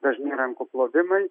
dažni rankų plovimai